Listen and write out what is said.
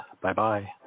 Bye-bye